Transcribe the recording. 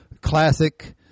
classic